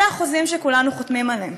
אלה החוזים שכולנו חותמים עליהם.